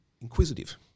inquisitive